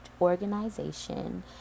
organization